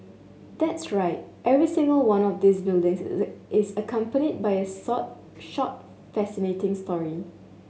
that's right every single one of these buildings is accompanied by a sort short fascinating story